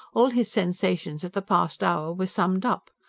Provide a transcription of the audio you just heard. all his sensations of the past hour were summed up.